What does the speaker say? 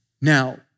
Now